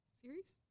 series